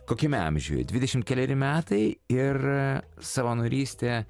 kokiame amžiuje dvidešimt keleri metai ir savanorystė